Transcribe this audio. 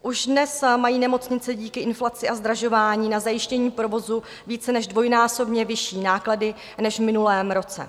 Už dnes mají nemocnice díky inflaci a zdražování na zajištění provozu více než dvojnásobně vyšší náklady než v minulém roce.